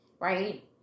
right